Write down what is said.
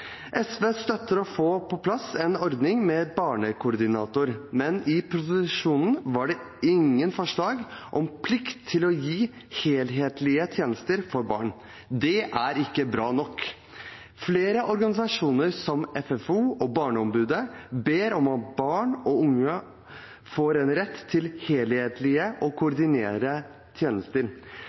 SV støtter og får på plass en ordning med en barnekoordinator, men i proposisjonen var det ingen forslag om plikt til å gi helhetlige tjenester for barn. Det er ikke bra nok. Flere organisasjoner, som FFO og Barneombudet, ber om at barn og unge får en rett til helhetlige og koordinerte tjenester.